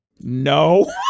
No